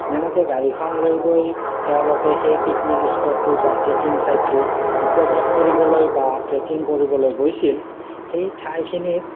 যেনেকৈ গাড়ীখন লৈ গৈ তেওঁলোকে সেই পিকনিক স্পটটো বা ট্ৰেকিং ছাইটটোত উপভোগ কৰিবলৈ বা ট্ৰেকিং কৰিবলৈ গৈছিল সেই ঠাইখিনিত